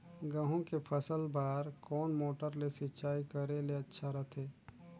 गहूं के फसल बार कोन मोटर ले सिंचाई करे ले अच्छा रथे?